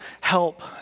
help